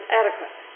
adequate